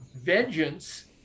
vengeance